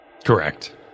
Correct